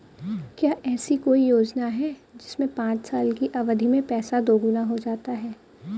क्या ऐसी कोई योजना है जिसमें पाँच साल की अवधि में पैसा दोगुना हो जाता है?